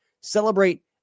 celebrate